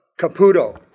Caputo